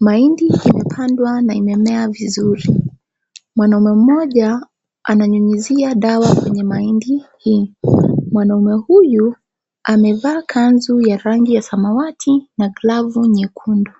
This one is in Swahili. maindi imepandwa na imemea vizuri, mwanaume mmoja ananyunyizia dawa kwenye mahindi hii, mwanaume huyu amevaa kanzu ya rangi ya samawati na glavu nyekundu.